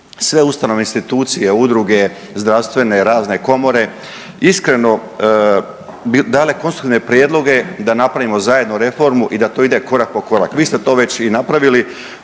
sve ustanove, institucije, udruge zdravstvene, razne komore iskreno dale konstruktivne prijedloge da napravimo zajedno reformu i da to ide korak po korak. Vi ste to već i napravili